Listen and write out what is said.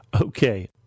Okay